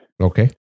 Okay